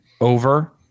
over